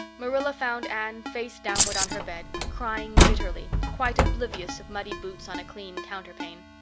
marilla found anne face downward on her bed, crying bitterly, quite oblivious of muddy boots on a clean counterpane.